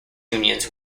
unions